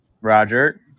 Roger